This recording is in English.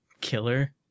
killer